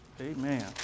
Amen